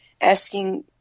asking